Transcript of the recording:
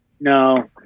No